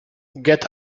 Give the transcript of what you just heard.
get